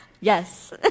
yes